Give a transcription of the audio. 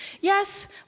Yes